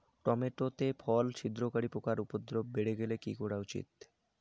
Tomato তে ফল ছিদ্রকারী পোকা উপদ্রব বাড়ি গেলে কি করা উচিৎ?